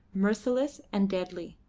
merciless and deadly.